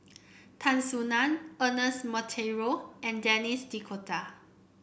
Tan Soo Nan Ernest Monteiro and Denis D'Cotta